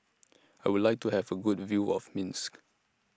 I Would like to Have A Good View of Minsk